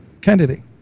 Kennedy